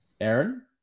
Aaron